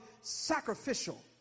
sacrificial